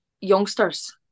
youngsters